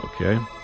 Okay